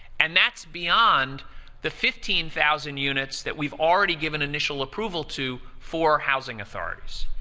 and that's beyond the fifteen thousand units that we've already given initial approval to for housing authorities.